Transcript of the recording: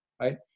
right